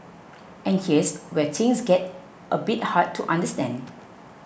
and here's where things get a bit hard to understand